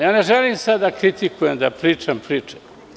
Ne želim sad da kritikujem, da pričam priče.